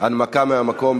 הנמקה מהמקום.